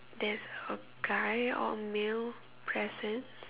there's a guy or male presence